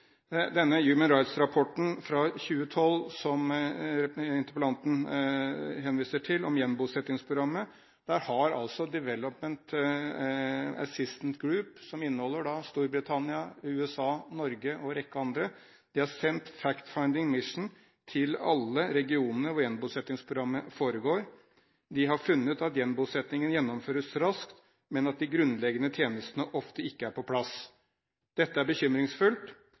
denne Human Rights Watch-rapporten fra 2012, som interpellanten henviser til, om gjenbosettingsprogrammet, har The Development Assistance Group, som består av Storbritannia, USA, Norge og en rekke andre land, sendt «fact-finding mission» til alle regionene hvor gjenbosettingsprogrammet foregår. De har funnet at gjenbosettingen gjennomføres raskt, men at de grunnleggende tjenestene ofte ikke er på plass. Dette er bekymringsfullt,